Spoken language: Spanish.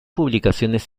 publicaciones